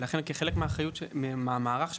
וכחלק מהמערך הזה